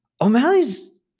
O'Malley's –